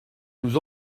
nous